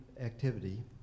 activity